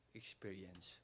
experience